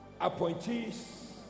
appointees